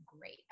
great